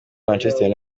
manchester